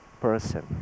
person